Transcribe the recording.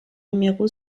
numéro